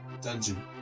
dungeon